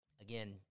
again